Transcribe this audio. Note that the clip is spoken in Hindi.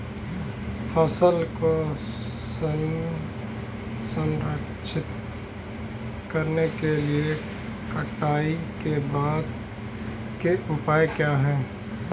फसल को संरक्षित करने के लिए कटाई के बाद के उपाय क्या हैं?